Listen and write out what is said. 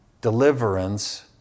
deliverance